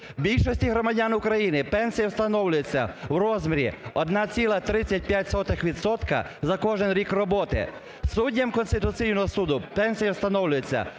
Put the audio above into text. Більшості громадян України пенсія встановлюється у розмірі 1,35 відсотка за кожен рік роботи. Суддям Конституційного Суду пенсія встановлюється